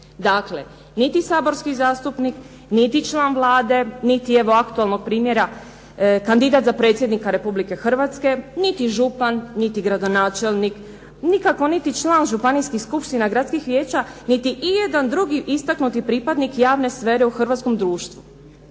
Dakle, niti saborski zastupnik, niti član Vlade, niti evo aktualnog primjera kandidat za predsjednika Republike Hrvatske, niti župan, niti gradonačelnik, nikako niti član županijskih skupština gradskih vijeća, niti ijedan drugi istaknuti pripadnik javne sfere u hrvatskom društvu.